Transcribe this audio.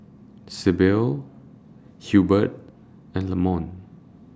Sybil Hilbert and Lamont